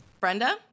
Brenda